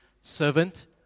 servant